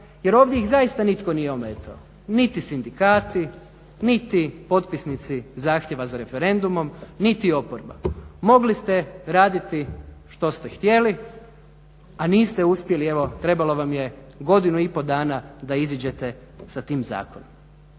jer ovdje ih zaista nitko nije ometao. Niti sindikati, niti potpisnici zahtjeva za referendumom, niti oporba. Mogli ste raditi što ste htjeli, a niste uspjeli. Evo trebalo vam je godinu i pol dana da iziđete s tim zakonom.